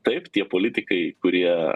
taip tie politikai kurie